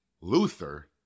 Luther